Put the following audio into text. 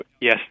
Yes